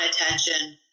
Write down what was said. attention